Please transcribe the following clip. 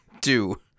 Two